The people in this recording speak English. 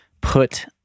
put